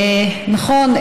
נכון,